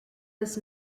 was